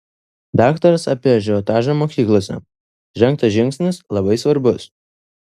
daktaras apie ažiotažą mokyklose žengtas žingsnis labai svarbus